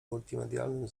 multimedialnym